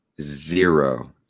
zero